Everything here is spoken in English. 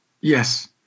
Yes